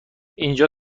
اینجا